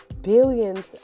billions